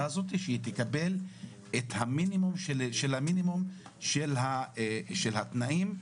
הזאת שתקבל את המינימום שבמינימום של התנאים.